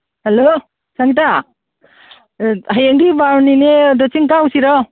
hello ꯁꯪꯒꯤꯇꯥ ꯍꯌꯦꯡꯗꯤ ꯕꯥꯔꯨꯅꯤꯅꯦ ꯑꯗꯣ ꯆꯤꯡ ꯀꯥꯔꯨꯁꯤꯔꯣ